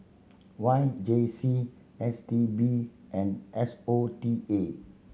Y J C S T B and S O T A